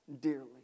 dearly